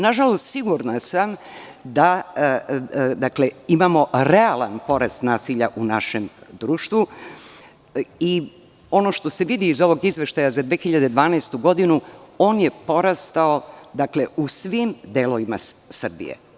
Nažalost, sigurna sam da imamo realan porast nasilja u našem društvu i ono što se vidi iz ovog izveštaja za 2012. godinu on je porastao u svim delovima Srbije.